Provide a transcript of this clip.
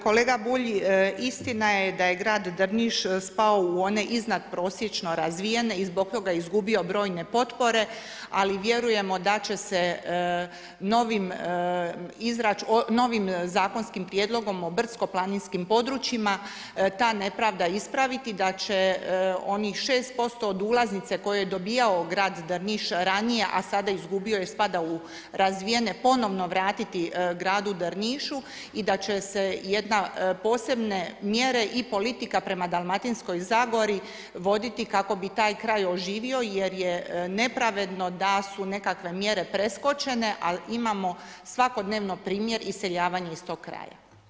Kolega Bulj, istina je da je grad Drniš spao u one iznad prosječno razvijene i zbog toga je izgubio brojne potpore, ali vjerujemo da će se novim zakonskim prijedlogom o brdsko-planinskim područjima ta nepravda ispraviti, da će onih 6% od ulaznice koje je dobijao grad Drniš ranije, a sada izgubio jer spada u razvijene, ponovno vratiti gradu Drnišu i da će se jedna posebne mjere i politika prema Dalmatinskoj zagori voditi kako bi taj kraj oživio jer je nepravedno da su nekakve mjere preskočene, a imamo svakodnevno primjer iseljavanja iz tog kraja.